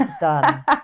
done